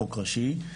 חוק ראשי.